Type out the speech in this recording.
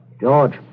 George